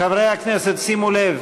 חברי הכנסת, שימו לב,